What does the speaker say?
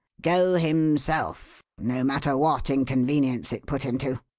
go himself, no matter what inconvenience it put him to.